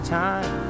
time